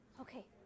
Okay